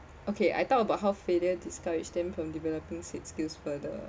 okay I talk about how failure discouraged them from developing said skills further